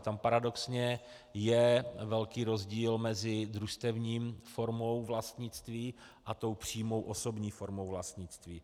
Tam paradoxně je velký rozdíl mezi družstevní formou vlastnictví a tou přímou osobní formou vlastnictví.